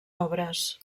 obres